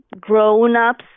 grown-ups